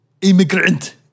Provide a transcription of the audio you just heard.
immigrant